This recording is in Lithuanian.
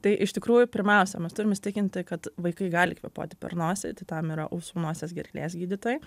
tai iš tikrųjų pirmiausia mes turim įsitikinti kad vaikai gali kvėpuoti per nosį tai tam yra ausų nosies gerklės gydytojai